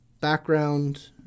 background